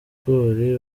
ibigori